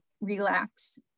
relax